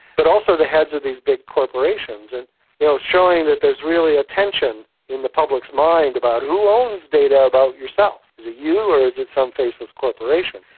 but also the heads of these big corporations, and you know showing that there is really a tension in the public's mind about who owns data about yourself. is it you or is it some faceless corporation?